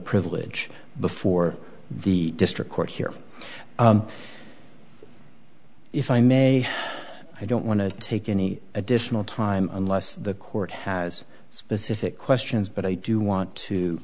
privilege before the district court here if i may i don't want to take any additional time unless the court has specific questions but i do want to